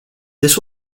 this